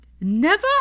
Never